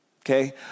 okay